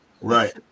Right